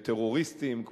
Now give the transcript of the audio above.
וטרוריסטיים,